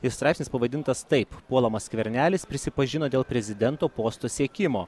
ir straipsnis pavadintas taip puolamas skvernelis prisipažino dėl prezidento posto siekimo